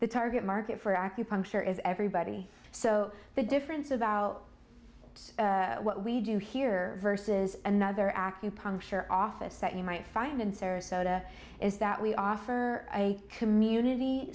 the target market for acupuncture is everybody so the difference about what we do here versus another acupuncture office that you might find in sarasota is that we offer a community